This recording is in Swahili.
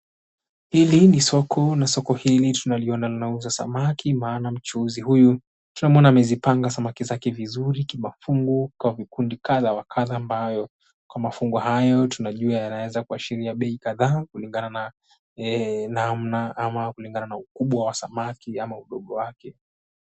Hili ni soko na soko hili tunaona lina uza samaki maana mchuuzi huyu amezipanga samaki zake vizuri kimafungu kadha wa kadha ambayo kwa mafungu hayo yanaweza kuashiria bei kadha kulingana na namna ukubwa samaki ama udogo wake.